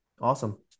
Awesome